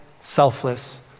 selfless